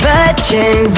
Virgin